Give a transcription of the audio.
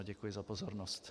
Děkuji za pozornost.